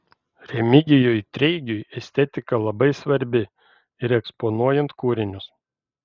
remigijui treigiui estetika labai svarbi ir eksponuojant kūrinius